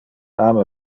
ama